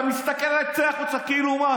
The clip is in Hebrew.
אתה מסתכל עליי, "צא החוצה", כאילו מה?